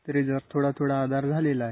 तरी थोडा थोडा आधार झालेला आहे